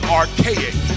archaic